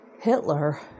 Hitler